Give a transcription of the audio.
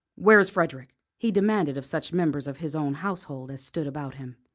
where is frederick? he demanded of such members of his own household as stood about him.